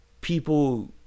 people